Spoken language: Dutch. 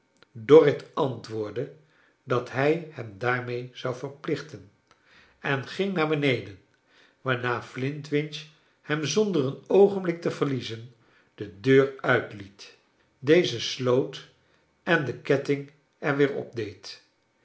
dorrit antwoordde dat hij hem daarmee zou verplichten en ging naar beneden waarna flintwinch hem zonder een oogenblik te verliezen de deur uitliet deze sloot en de ketting er weer op